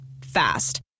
Fast